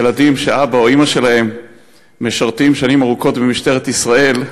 ילדים שאבא או אימא שלהם משרתים שנים ארוכות במשטרת ישראל,